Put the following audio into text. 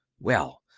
well,